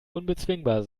unbezwingbar